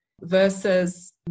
versus